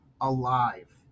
alive